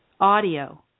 audio